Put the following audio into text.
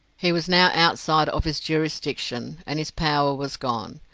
he was now outside of his jurisdiction, and his power was gone.